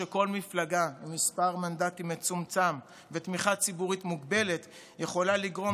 שכל מפלגה עם מספר מנדטים מצומצם ותמיכה ציבורית מוגבלת יכולה לגרום